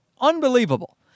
unbelievable